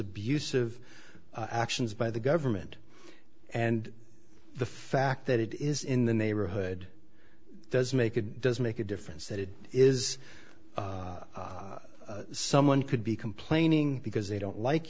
abusive actions by the government and the fact that it is in the neighborhood does make it does make a difference that it is someone could be complaining because they don't like